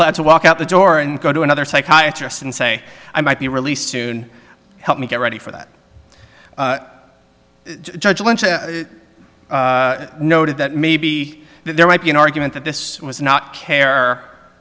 allowed to walk out the door and go to another psychiatrist and say i might be released soon help me get ready for that judgment noted that maybe there might be an argument that this was not care